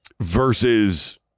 versus